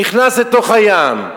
נכנס לתוך הים,